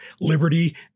liberty